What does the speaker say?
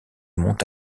mont